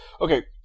Okay